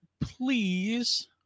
please